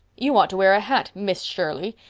you ought to wear a hat, miss shirley.